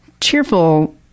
cheerful